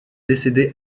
décédé